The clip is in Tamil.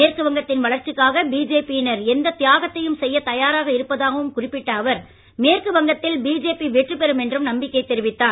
மேற்கு வங்கத்தின் வளர்ச்சிக்காக பிஜேபி யினர் எந்த தியாகத்தையும் செய்ய தயாராக இருப்பதாகவும் குறிப்பிட்ட அவர் மேற்கு வங்கத்தில் பிஜேபி வெற்றி பெறும் என்று நம்பிக்கை தெரிவித்தார்